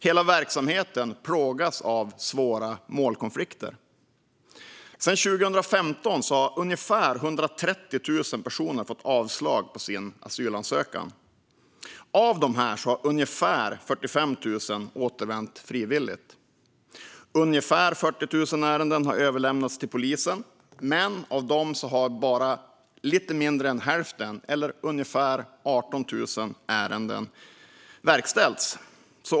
Hela verksamheten plågas av svåra målkonflikter. Sedan 2015 har ungefär 130 000 personer fått avslag på sin asylansökan. Av dem har ungefär 45 000 återvänt frivilligt. Ungefär 40 000 ärenden har överlämnats till polisen. Men av dem har bara lite mindre än hälften - eller ungefär 18 000 ärenden - verkställts.